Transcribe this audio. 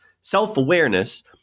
self-awareness